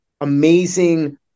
amazing